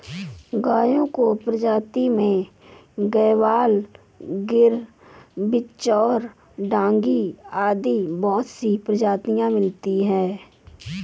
गायों की प्रजाति में गयवाल, गिर, बिच्चौर, डांगी आदि बहुत सी प्रजातियां मिलती है